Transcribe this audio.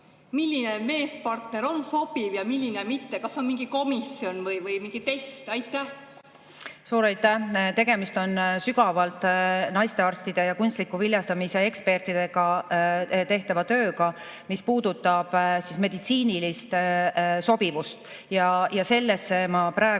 milline meespartner on sobiv ja milline mitte? Kas on mingi komisjon või mingi test? Suur aitäh! Tegemist on naistearstide ja kunstliku viljastamise ekspertidega tehtava tööga, mis puudutab meditsiinilist sobivust. Sellesse ma praegu